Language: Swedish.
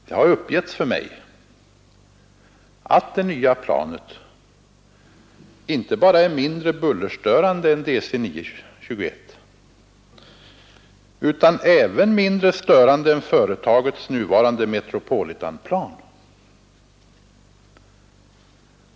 Det har uppgivits för mig att det nya planet inte bara är mindre bullerstörande än DC-9 21 utan även mindre störande än företagets nuvarande Metropolitanplan.